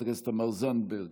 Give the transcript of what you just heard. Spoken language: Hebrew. חברת הכנסת תמר זנדברג,